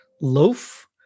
loaf